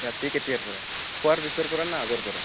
ৰাতি কেতিয়াৰ পৰা খোৱাৰ পিছৰ পৰা নে আগৰ পৰা